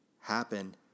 happen